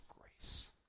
grace